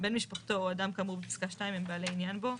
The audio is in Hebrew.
בן משפחתו או אדם כאמור בפסקה 2 הם בעלי עניין בו.